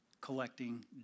collecting